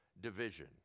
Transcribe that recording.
division